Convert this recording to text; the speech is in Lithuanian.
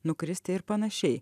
nukristi ir panašiai